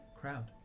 crowd